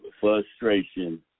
frustration